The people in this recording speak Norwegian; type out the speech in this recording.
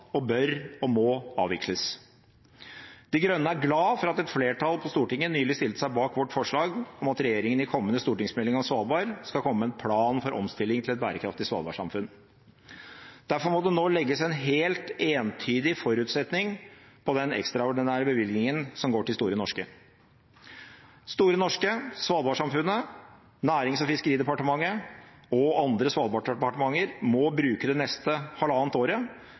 kan, bør og må avvikles. De Grønne er glad for at et flertall på Stortinget nylig stilte seg bak vårt forslag om at regjeringen i kommende stortingsmelding om Svalbard skal komme med en plan for omstilling til et bærekraftig svalbardsamfunn. Derfor må det nå legges en helt entydig forutsetning på den ekstraordinære bevilgningen som går til Store Norske. Store Norske, svalbardsamfunnet, Nærings- og fiskeridepartementet og andre svalbarddepartementer må bruke det neste halvannet året